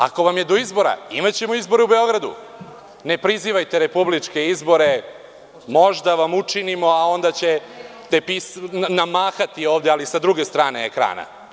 Ako vam je do izbora imaćemo izbore u Beogradu, ne prizivajte republičke izbore, možda vam učinimo a onda ćete mahati ovde, ali sa druge strane ekrana.